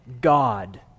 God